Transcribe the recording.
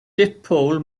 dipole